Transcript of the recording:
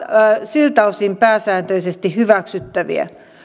siltä osin pääsääntöisesti hyväksyttäviä